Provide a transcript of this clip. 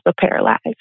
paralyzed